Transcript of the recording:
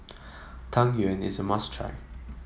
Tang Yuen is a must try